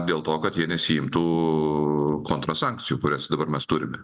dėl to kad jie nesiimtų kontra sankcijų kurias dabar mes turime